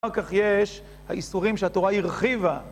אחר כך יש היסורים שהתורה הרחיבה